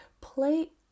Play